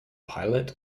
pilot